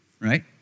Right